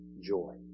joy